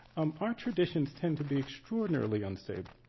um our traditions tend to be extraordinarily unstable.